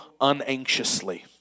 unanxiously